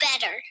better